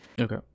Okay